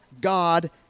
God